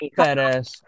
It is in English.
badass